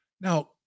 Now